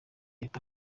leta